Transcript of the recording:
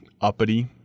uppity